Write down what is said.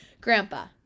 Grandpa